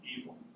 evil